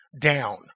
down